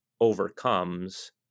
overcomes